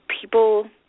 people